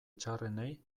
txarrenei